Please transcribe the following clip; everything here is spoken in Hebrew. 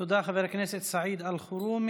תודה, חבר הכנסת סעיד אלחרומי.